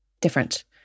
different